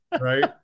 right